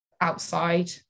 outside